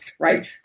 Right